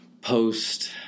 post